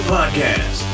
Podcast